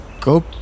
Go